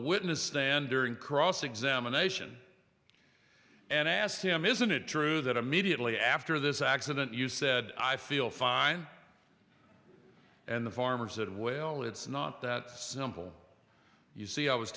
witness stand during cross examination and asked him isn't it true that immediately after this accident you said i feel fine and the farmer said well it's not that simple you see i was